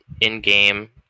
in-game